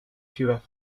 ciudad